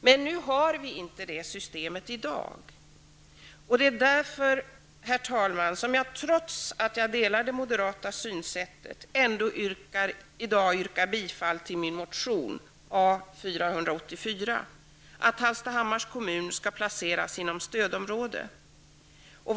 Men nu har vi inte det systemet i dag. Det är därför, herr talman, som jag, trots att jag delar det moderata synsättet, ändå yrkar bifall till min motion A484, att Hallstahammars kommun skall placeras inom stödområde.